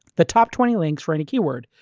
the top twenty links for any keyword.